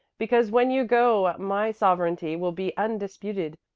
because when you go my sovereignty will be undisputed.